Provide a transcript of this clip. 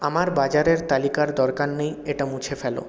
আমার বাজারের তালিকার দরকার নেই এটা মুছে ফেলো